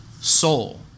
Soul